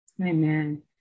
Amen